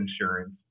insurance